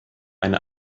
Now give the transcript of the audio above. eine